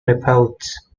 reports